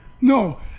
no